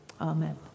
amen